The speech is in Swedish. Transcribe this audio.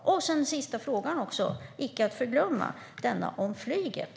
Sedan har vi den sista frågan, icke att förglömma: frågan om flyget.